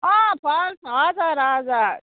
falls हजुर हजुर